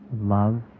love